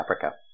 Africa